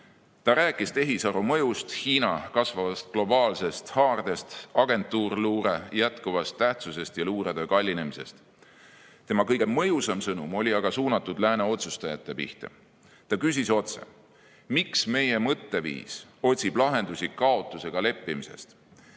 Ta rääkis tehisaru mõjust, Hiina kasvavast globaalsest haardest, agentuurluure jätkuvast tähtsusest ja luuretöö kallinemisest. Tema kõige mõjusam sõnum oli aga suunatud lääne otsustajate pihta. Ta küsis otse: miks meie mõtteviis otsib lahendusi kaotusega leppimisest?